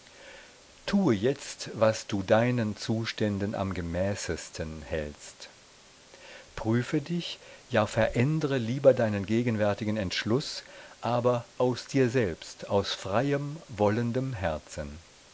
tue jetzt was du deinen zuständen am gemäßesten hältst prüfe dich ja verändre lieber deinen gegenwärtigen entschluß aber aus dir selbst aus freiem wollendem herzen